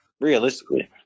Realistically